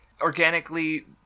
organically